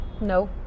No